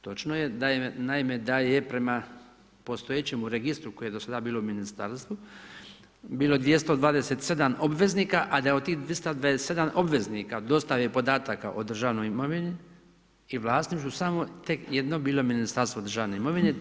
Točno je da je, naime da je prema postojećemu registru koje je do sada bilo Ministarstvo, bilo 227 obveznika, a da je od tih 227 obveznika od dostave podataka o državnoj imovini i vlasništvu samo tek jedno bilo Ministarstvo državne imovine.